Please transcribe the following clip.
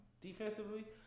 defensively